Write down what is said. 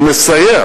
ומסייע